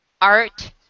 art